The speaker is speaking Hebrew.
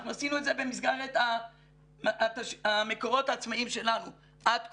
אנחנו עשינו את זה במסגרת המקורות העצמאיים שלנו עד כה.